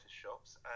shops